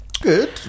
good